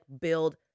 build